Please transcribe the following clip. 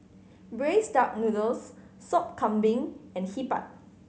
braised duck noodles Sop Kambing and Hee Pan